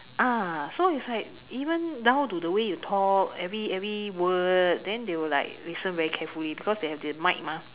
so is like even down to the way you talk every every word then they will like listen very carefully because they have the mic mah